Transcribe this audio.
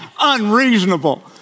unreasonable